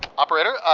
operator,